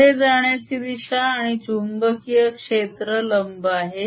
पुढे जाण्याची दिशा आणि चुंबकीय क्षेत्र लंब आहेत